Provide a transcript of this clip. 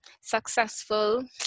successful